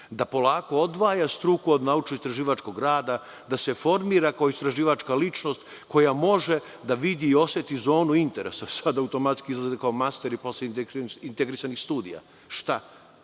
da polako odvaja struku od naučno istraživačkog rada, da se formira kao istraživačka ličnost koja može da vidi i oseti zonu interesa. Sada automatski izlaze kao master posle integrisanih studija. Šta